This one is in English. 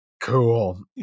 Cool